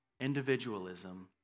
Individualism